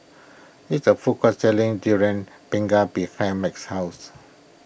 there is a food court selling Durian Pengat behind Max's house